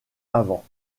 avant